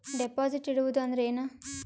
Deposit ಇಡುವುದು ಅಂದ್ರ ಏನ?